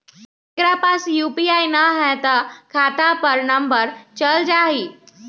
जेकरा पास यू.पी.आई न है त खाता नं पर चल जाह ई?